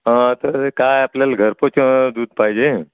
ह तर काय आपल्याला घरपोच दूध पाहिजे